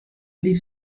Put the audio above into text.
die